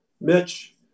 Mitch